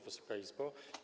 Wysoka Izbo!